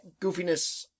goofiness